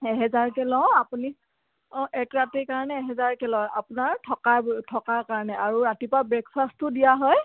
এহেজাৰকে লওঁ আপুনি অঁ এক ৰাতিৰ কাৰণে এহেজাৰকে লয় আপোনাৰ থকাৰ থকাৰ কাৰণে আৰু ৰাতিপুৱা ব্ৰেকফাষ্টটো দিয়া হয়